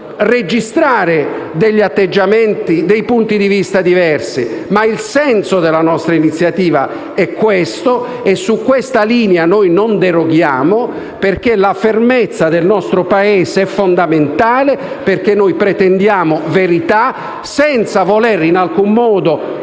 registrare atteggiamenti e punti di vista diversi, ma il senso della nostra iniziativa è questo e su questa linea non deroghiamo perché la fermezza del nostro Paese è fondamentale. Noi, infatti, pretendiamo verità, senza voler in alcun modo